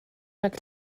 rhag